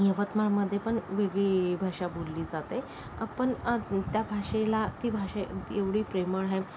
यवतमाळमध्येपण वेगळी भाषा बोलली जाते आपण त्या भाषेला ती भाषा एवढी प्रेमळ आहे